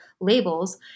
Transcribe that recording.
labels